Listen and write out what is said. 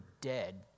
dead